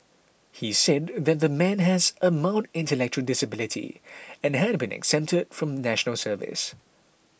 he said that the man has a mild intellectual disability and had been exempted from National Service